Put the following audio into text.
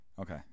Okay